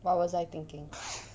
what was I thinking